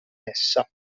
essa